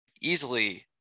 easily